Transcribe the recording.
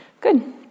good